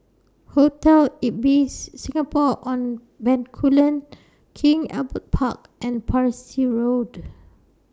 Hotel Ibis Singapore on Bencoolen King Albert Park and Parsi Road